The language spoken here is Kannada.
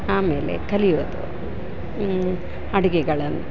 ಆಮೇಲೆ ಕಲಿಯೋದು ಅಡಿಗೆಗಳನ್ನ